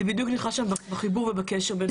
זה בדיוק נכנס שם בחיבור ובקשר בין המשרדים.